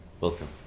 welcome